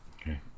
Okay